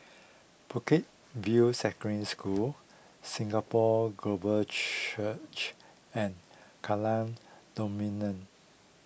Bukit View Secondary School Singapore Global Church and Kallang